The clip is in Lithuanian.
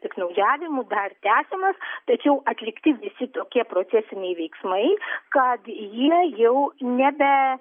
piktnaudžiavimu dar tęsiamas tačiau atlikti visi tokie procesiniai veiksmai kad jie jau nebe